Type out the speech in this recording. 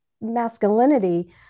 masculinity